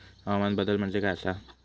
हवामान बदल म्हणजे काय आसा?